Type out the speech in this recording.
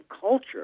culture